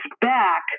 back